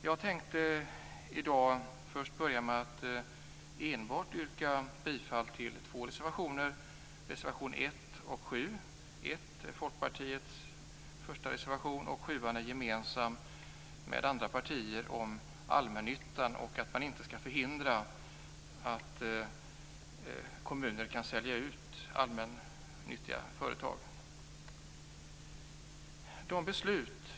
Jag skall börja med att yrka bifall till reservationerna 1 och 7. Reservation 1 har avgivits av Folkpartiet. Den med andra partier gemensamma reservation 7 handlar om att man inte skall förhindra kommuners möjligheter att sälja ut allmännyttiga företag. Fru talman!